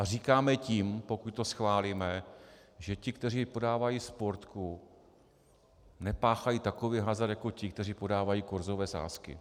Říkáme tím, pokud to schválíme, že ti, kteří podávají sportku, nepáchají takový hazard jako ti, kteří podávají kurzové sázky.